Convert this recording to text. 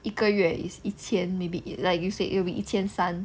一个月 is 一千 maybe like you said it will be 一千三